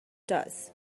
does